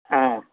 ஆ